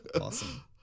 Awesome